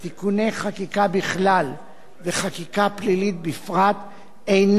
תיקוני חקיקה בכלל וחקיקה פלילית בפרט אינם